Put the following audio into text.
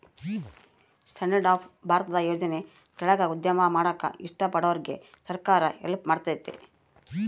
stand up ಭಾರತದ ಯೋಜನೆ ಕೆಳಾಗ ಉದ್ಯಮ ಮಾಡಾಕ ಇಷ್ಟ ಪಡೋರ್ಗೆ ಸರ್ಕಾರ ಹೆಲ್ಪ್ ಮಾಡ್ತತೆ